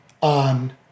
on